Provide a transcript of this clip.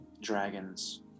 dragons